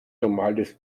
normales